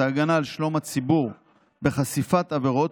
ההגנה על שלום הציבור בחשיפת עבירות,